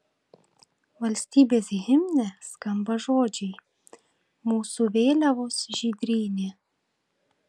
valstybės himne skamba žodžiai mūsų vėliavos žydrynė